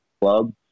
club